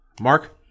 Mark